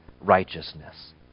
righteousness